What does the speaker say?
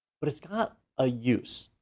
but it's got a use,